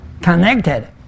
connected